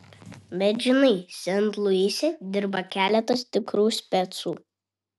bet žinai sent luise dirba keletas tikrų specų